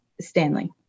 Stanley